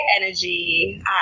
energy